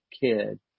kid